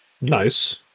Nice